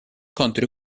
contro